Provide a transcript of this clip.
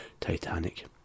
Titanic